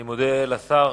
אני מודה לשר.